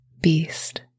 beast